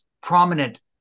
prominent